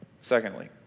Secondly